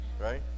right